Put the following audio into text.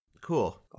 Cool